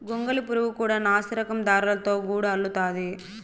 గొంగళి పురుగు కూడా నాసిరకం దారాలతో గూడు అల్లుతాది